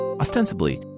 Ostensibly